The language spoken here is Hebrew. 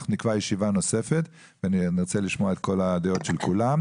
אנחנו נרצה לשמוע את הדעות של כולם.